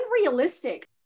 unrealistic